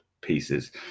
pieces